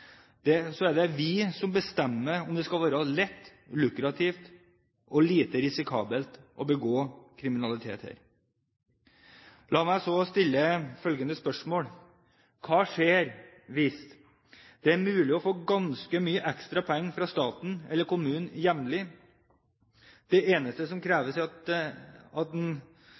meg så stille følgende spørsmål: Hva skjer hvis det er mulig å få ganske mye ekstra penger fra staten eller kommunen jevnlig? Det eneste som kreves, er at